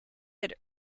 had